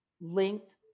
linked